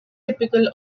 typical